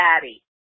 Daddy